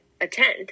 attend